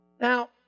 Now